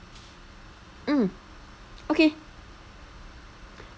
mm okay